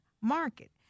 Market